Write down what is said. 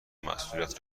مسئولیت